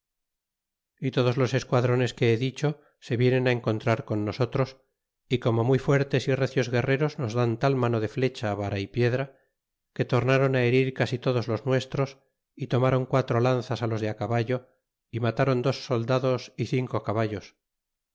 y todos los esquadrones que he dicho se vienen encontrar con nosotros e como muy fuertes y recios guerreros nos dan tal mano de flecha vara y piedra que tornáron á herir casi todos los nuestros y tomáron quatro lanzas á los de á caballo y matáron dos soldados y cinco caballos